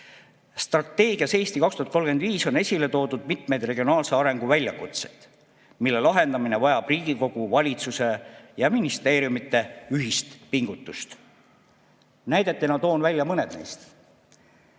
Strateegias "Eesti 2035" on esile toodud mitmed regionaalse arengu väljakutsed, mille lahendamine vajab Riigikogu, valitsuse ja ministeeriumide ühist pingutust. Näidetena toon mõned neist.